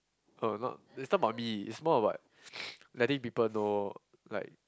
uh not it's not about me it's more about letting people know like